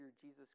Jesus